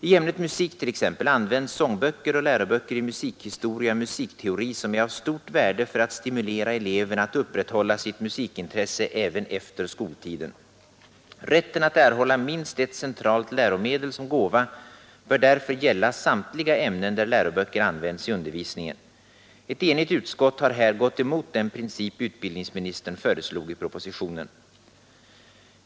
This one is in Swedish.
I ämnet musik t.ex. används sångböcker och läroböcker i musikhistoria och musikteori som är av stort värde för att stimulera eleverna att upprätthålla sitt musikintresse även efter skoltiden. Rätten att erhålla minst ett centralt läromedel som gåva bör därför gälla samtliga ämnen där läroböcker används i undervisningen. Ett enigt utskott har här gått emot den princip utbildningsministern föreslog i propositionen.